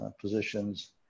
positions